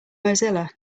mozilla